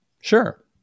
Sure